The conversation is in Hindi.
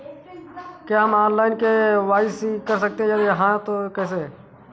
क्या हम ऑनलाइन के.वाई.सी कर सकते हैं यदि हाँ तो कैसे?